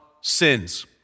sins